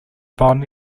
bon